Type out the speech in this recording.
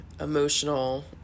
emotional